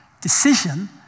Decision